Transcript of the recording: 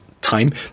time